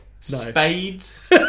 Spades